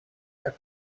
как